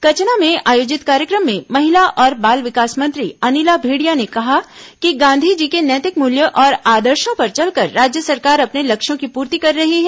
कचना में आयोजित कार्यक्रम में महिला और बाल विकास मंत्री अनिला भेंडिया ने कहा कि गांधी जी के नैतिक मूल्यों और आदर्शों पर चलकर राज्य सरकार अपने लक्ष्यों की पूर्ति कर रही है